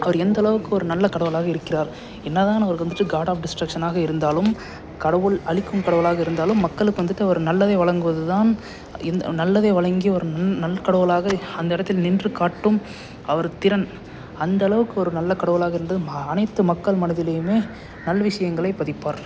அவர் எந்தளவுக்கு ஒரு நல்ல கடவுளாக இருக்கிறார் என்ன தான் நம்பளுக்கு வந்துட்டு காட் ஆஃப் டிஸ்ட்ரக்ஷனாக இருந்தாலும் கடவுள் அழிக்கும் கடவுளாக இருந்தாலும் மக்களுக்கு வந்துட்டு அவரு நல்லதே வழங்குவது தான் இந்த நல்லதை வளங்கி வரும் நல்கடவுளாக அந்த எடத்தில் நின்று காட்டும் அவர் திறன் அந்தளவுக்கு ஒரு நல்ல கடவுளாக இருந்தும் அனைத்து மக்கள் மனதிலையுமே நல்விஷயங்களை பதிப்பார்